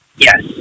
Yes